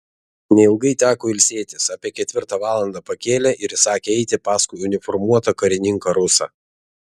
neilgai teko ilsėtis apie ketvirtą valandą pakėlė ir įsakė eiti paskui uniformuotą karininką rusą